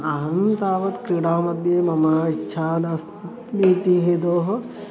अहं तावत् क्रीडा मध्ये मम इच्छा नास्तीति हेतोः